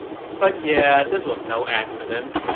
but yeah, this was no accident.